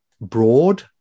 broad